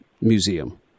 museum